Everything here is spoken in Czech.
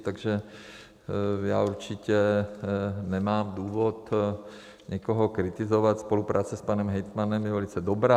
Takže určitě nemám důvod nikoho kritizovat, spolupráce s panem hejtmanem je velice dobrá.